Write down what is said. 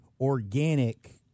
organic